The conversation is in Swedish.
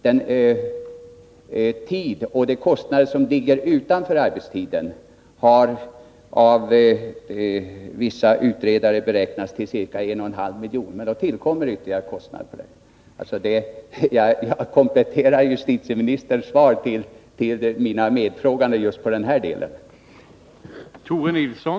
Den tid och de kostnader som ligger utanför vad som gäller arbetstiden har av vissa utredare beräknats till ett värde av ca 1,5 miljoner, och då tillkommer således ytterligare kostnader. Jag kompletterar alltså justitieministerns svar till mina medfrågare just i den här delen.